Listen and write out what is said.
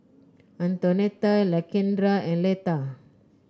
Antonetta Lakendra and Leta